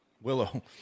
Willow